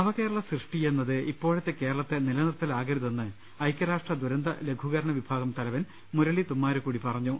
നവകേരള സൃഷ്ടി എന്നത് ഇപ്പോഴത്തെ കേരളത്തെ നിലനിർത്തലാകരുതെന്ന് ഐക്യരാഷ്ട്ര ദുരന്ത ലഘൂക്കണ വിഭാഗം തലവൻ മുരളി തുമ്മാരകുടി പറഞ്ഞു